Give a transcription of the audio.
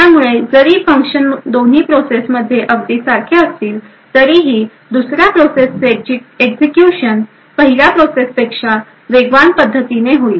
त्यामुळे जरी फंक्शन दोन्ही प्रोसेस मध्ये अगदी सारखे असतील तरीही दुसऱ्या प्रोसेसचे एक्झिक्युशन पहिल्या प्रोसेस पेक्षा वेगवान पद्धतीने होईल